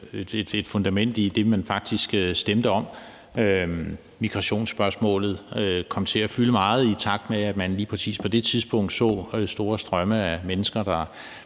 et fundament i det, man faktisk stemte om. Migrationspørgsmålet kom til at fylde meget, i takt med at man lige præcis på det tidspunkt så store strømme af mennesker, der